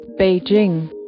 Beijing